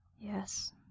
Yes